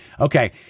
Okay